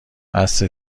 بسه